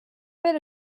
per